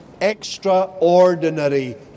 extraordinary